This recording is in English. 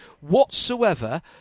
whatsoever